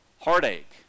heartache